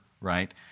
Right